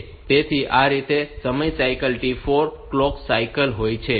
તેથી આ રીતે સમય સાયકલ T 4 કલોક સાયકલ હોય છે